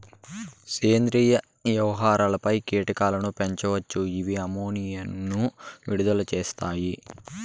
సేంద్రీయ వ్యర్థాలపై కీటకాలను పెంచవచ్చు, ఇవి అమ్మోనియాను విడుదల చేస్తాయి